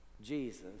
Jesus